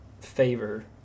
favor